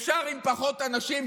אפשר עם פחות אנשים,